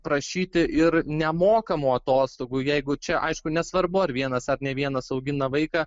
prašyti ir nemokamų atostogų jeigu čia aišku nesvarbu ar vienas ar ne vienas augina vaiką